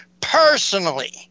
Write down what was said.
personally